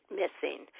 missing